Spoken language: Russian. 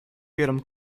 первом